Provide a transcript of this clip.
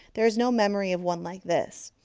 there is no memory of one like this.